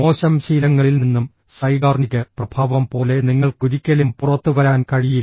മോശം ശീലങ്ങളിൽ നിന്നും സൈഗാർനിക് പ്രഭാവം പോലെ നിങ്ങൾക്ക് ഒരിക്കലും പുറത്തുവരാൻ കഴിയില്ല